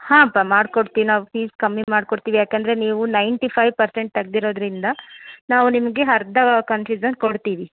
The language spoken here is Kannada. ಹಾಂ ಅಪ್ಪ ಮಾಡ್ಕೊಡ್ತೀವಿ ನಾವು ಫೀಸ್ ಕಮ್ಮಿ ಮಾಡ್ಕೊಡ್ತೀವಿ ಯಾಕಂದರೆ ನೀವು ನೈನ್ಟಿ ಫೈವ್ ಪರ್ಸೆಂಟ್ ತೆಗ್ದಿರೋದ್ರಿಂದ ನಾವು ನಿಮಗೆ ಅರ್ಧ ಕನ್ಸಿಝನ್ ಕೊಡ್ತೀವಿ